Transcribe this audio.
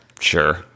Sure